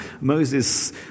Moses